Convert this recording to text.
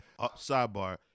Sidebar